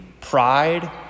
pride